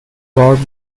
god